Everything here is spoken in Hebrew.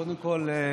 קודם כול,